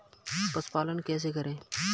पशुपालन कैसे करें?